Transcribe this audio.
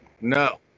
No